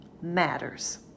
matters